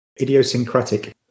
idiosyncratic